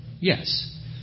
Yes